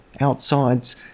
outsides